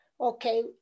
okay